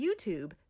YouTube